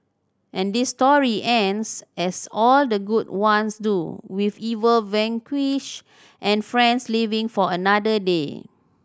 and this story ends as all the good ones do with evil vanquished and friends living for another day